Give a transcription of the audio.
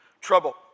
trouble